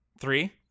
Three